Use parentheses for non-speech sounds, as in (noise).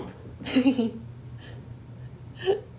(laughs)